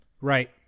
Right